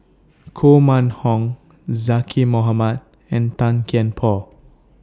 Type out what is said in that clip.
Koh Mun Hong Zaqy Mohamad and Tan Kian Por